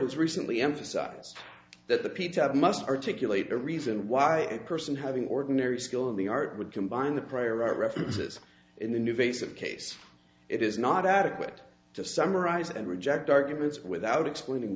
has recently emphasized that the pita must articulate a reason why a person having ordinary skill in the art would combine the prior art references in the new face of case it is not adequate to summarize and reject arguments without explaining